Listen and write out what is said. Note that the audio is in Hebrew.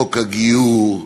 חוק הגיור,